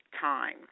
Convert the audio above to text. time